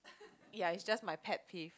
ya it's just my pet peeve